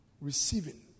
receiving